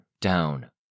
down